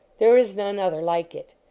there is none other like it.